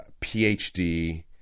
PhD